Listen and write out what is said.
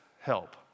help